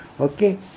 Okay